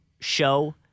show